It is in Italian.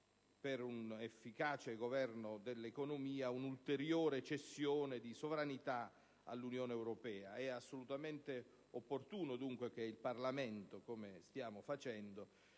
per un efficace governo dell'economia, un'ulteriore cessione di sovranità all'Unione europea. È assolutamente opportuno, dunque, che il Parlamento, come stiamo facendo,